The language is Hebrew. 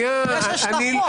יש השלכות.